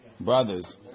brothers